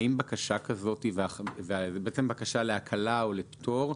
האם בקשה כזאת, בעצם בקשה להקלה או לפטור,